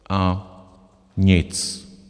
A nic.